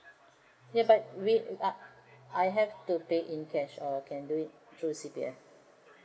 ya but wait I have to pay in cash or can do it through C_P_F